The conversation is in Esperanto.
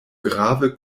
grave